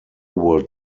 wood